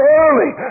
early